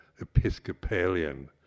Episcopalian